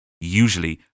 usually